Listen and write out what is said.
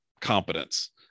competence